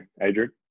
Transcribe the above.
Adrian